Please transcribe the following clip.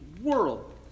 world